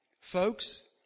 folks